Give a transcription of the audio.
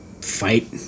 fight